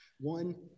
One